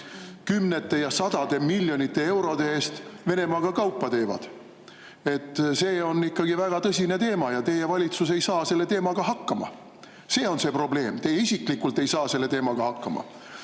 kümnete ja sadade miljonite eurode eest Venemaaga kaupa teevad. See on väga tõsine teema ja teie valitsus ei saa selle teemaga hakkama. See on see probleem. Teie isiklikult ei saa selle teemaga hakkama. Ma